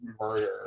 murder